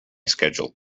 schedule